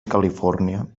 califòrnia